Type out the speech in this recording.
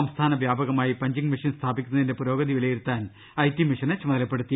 സംസ്ഥാന വ്യാപകമായി punching machine സ്ഥാപിക്കുന്നതിന്റെ പുരോഗതി വിലയിരുത്താൻ ഐടി മിഷനെ ചുമതലപ്പെടുത്തി